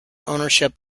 ownership